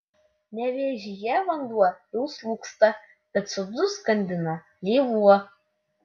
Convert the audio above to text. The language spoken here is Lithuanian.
nevėžyje vanduo jau slūgsta bet sodus skandina lėvuo